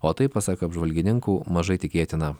o tai pasak apžvalgininkų mažai tikėtina